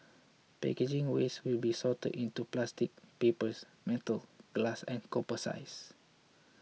packaging waste will be sorted into plastic papers metal glass and composites